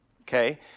okay